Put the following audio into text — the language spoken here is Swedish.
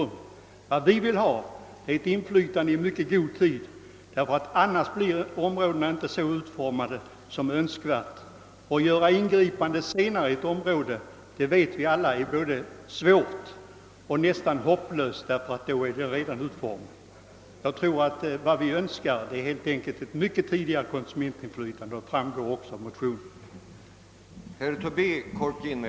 Vi vill i stället ge allmänheten möjlighet att öva inflytande i mycket god tid, annars blir områdena inte så utformade som önskvärt är. Vi vet alla att det är svårt, ja nästan hopplöst, att göra ingripanden i ett område när det redan är så gott som utformat. Vi önskar, som sagt, ett konsumentinflytande på ett mycket tidigare stadium — det framgår också av motionerna.